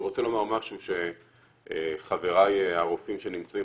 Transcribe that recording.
אני רוצה לומר משהו שחבריי הרופאים שנמצאים